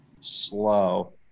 slow